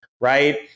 right